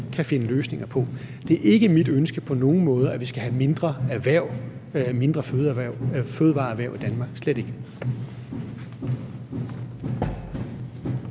kan finde løsninger på. Det er ikke på nogen måde mit ønske, at vi skal have et mindre fødevareerhverv i Danmark – slet ikke.